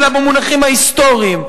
אלא במונחים ההיסטוריים,